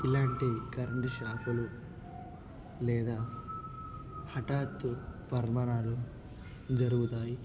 ఇలాంటి కరెంటు షాక్లు లేదా హఠాత్తు పరిమాణాలు జరుగుతాయి